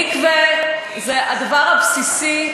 מקווה זה הדבר הבסיסי,